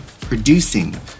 producing